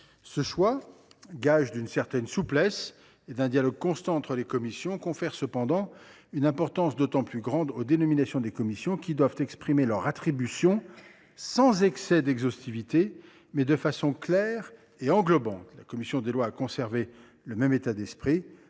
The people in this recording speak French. Ce choix, gage d’une certaine souplesse et d’un dialogue constant entre commissions, confère cependant une importance d’autant plus grande aux dénominations des commissions, qui doivent exprimer leurs attributions sans excès d’exhaustivité, mais de façon claire et englobante. C’est dans cet état d’esprit